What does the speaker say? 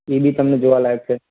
એ બી તમને જોવાલાયક છે